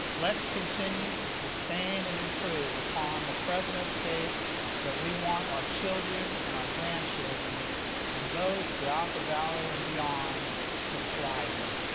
let's continue to sustain and improve upon the fresno state that we want our children and grandchildren and those throughout the valley and beyond to thrive in!